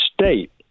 state